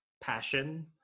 passion